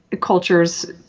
cultures